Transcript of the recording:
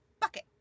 bucket